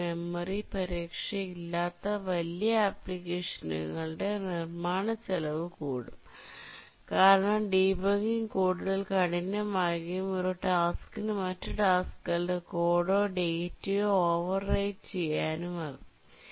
എന്നാൽ മെമ്മറി പരിരക്ഷ ഇല്ലാത്ത വല്യ അപ്പ്ലിക്കേഷനുകളുടെ നിർമാണ ചെലവ് കൂടും കാരണം ഡീബഗ്ഗിങ് കൂടുതൽ കഠിനം ആകുകയും ഒരു ടാസ്കിനു മറ്റു ടാസ്കുകളുടെ കോഡോ ടാറ്റയോ ഓവർ റൈറ്റ് ചെയാനുമാകും